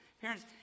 Parents